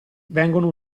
vengono